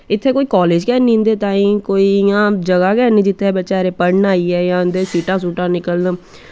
इत्थें कोई कालेज़ गै ना उं'दे तांईं कोई इयां जगह गै नी जित्थें बचैरे पढ़न आइये जां इन्दे च सीटां सूटां निकलन